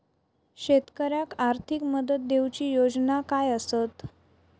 शेतकऱ्याक आर्थिक मदत देऊची योजना काय आसत?